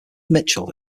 mitchell